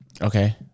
Okay